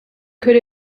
could